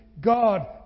God